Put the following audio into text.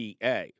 PA